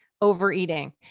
overeating